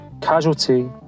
Casualty